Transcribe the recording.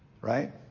Right